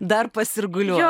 dar pasirguliuot